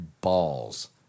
balls